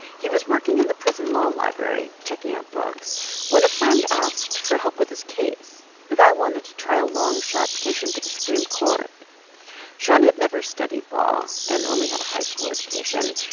he was working in the prison law library checking out books when a friend asked for help with his case. the guy wanted to try a long-shot petition to the supreme court shon had never studied law and only had a high school education,